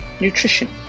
nutrition